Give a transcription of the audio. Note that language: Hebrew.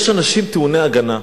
יש אנשים טעוני הגנה,